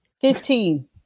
Fifteen